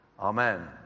Amen